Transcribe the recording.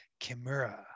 Kimura